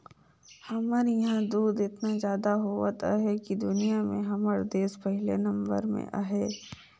हमर इहां दूद एतना जादा होवत अहे कि दुनिया में हमर देस पहिले नंबर में अहे